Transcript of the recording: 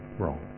wrong